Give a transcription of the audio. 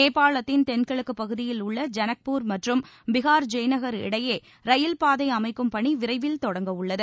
நேபாளத்தின் தென்கிழக்கு பகுதியில் உள்ள ஜனக்பூர் மற்றும் பிகாரில் ஜெய்நகர் இடையே ரயில் பாதை அமைக்கும் பணி விரைவில் தொடங்கவுள்ளது